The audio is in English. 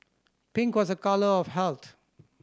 pink was a colour of health